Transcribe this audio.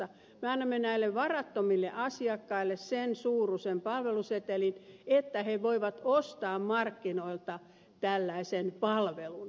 me annamme näille varattomille asiakkaille sen suuruisen palvelusetelin että he voivat ostaa markkinoilta tällaisen palvelun